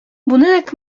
budynek